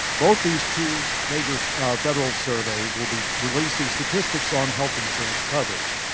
both these two major federal surveys will be releasing statistics on health insurance coverage.